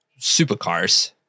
supercars